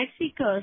Mexico